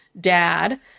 dad